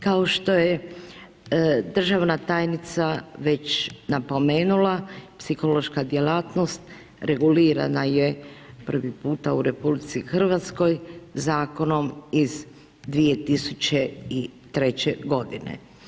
Kao što je državna tajnica već napomenula, psihološka djelatnost regulirana je prvi puta u RH zakonom iz 2003. godine.